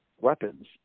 weapons